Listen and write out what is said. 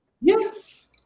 Yes